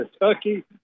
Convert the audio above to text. Kentucky